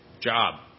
Job